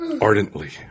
ardently